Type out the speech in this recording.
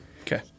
Okay